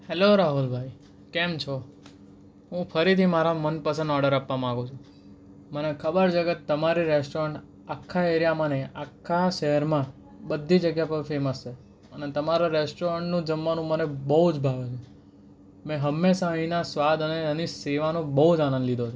hello Rahul ભાઈ કેમ છો હું ફરીથી મારા મનપસંદ ઓર્ડર આપવા માંગુ છું મને ખબર છેકે તમારી રેસ્ટોરન્ટ આખા એરિયામાં નહીં આખા શહેરમાં બધી જગ્યા પર ફેમસ છે અને તમારે રેસ્ટોરન્ટનું જમવાનું મને બહુ જ ભાવે છે મેં હંમેશાં અહીંના સ્વાદ અને આની સેવાનો બહુ જ આનંદ લીધો છે